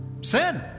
Sin